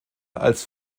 als